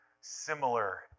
similar